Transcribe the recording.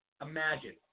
Imagine